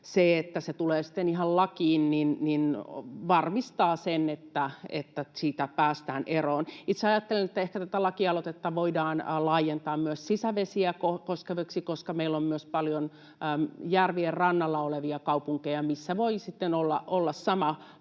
se, että se tulee sitten ihan lakiin, varmistaa sen, että siitä päästään eroon. Itse ajattelen, että ehkä tätä lakialoitetta voidaan laajentaa myös sisävesiä koskevaksi, koska meillä on myös paljon järvien rannalla olevia kaupunkeja, missä voi sitten olla sama haaste.